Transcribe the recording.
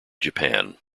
japan